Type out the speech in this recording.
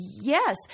yes